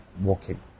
walking